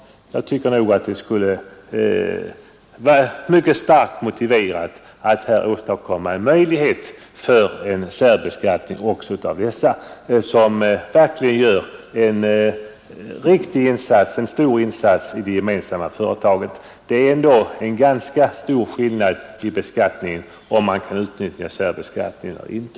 Jag anser att det finns mycket starka motiv för att åstadkomma en särbeskattning för dem som båda gör en arbetsinsats i det gemensamma företaget. Skillnaden i skattehänseende är ändå ganska stor, om man kan utnyttja särbeskattningen eller inte.